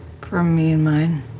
from me and mine.